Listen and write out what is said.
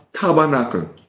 Tabernacle